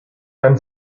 and